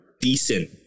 decent